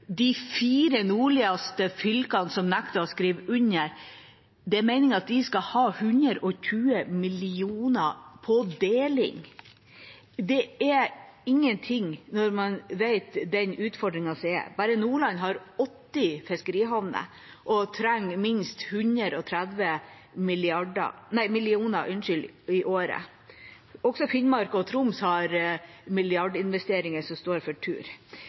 de fire nordligste fylkene som nektet å skrive under, skal ha 120 mill. kr på deling. Det er ingen ting når man vet hvilke utfordringer som er der. Bare Nordland har 80 fiskerihavner og trenger minst 130 mill. kr i året. Også Finnmark og Troms har milliardinvesteringer som står for tur.